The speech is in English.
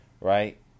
Right